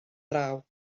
draw